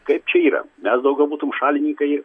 kaip čia yra mes daugiau būtum šalininkai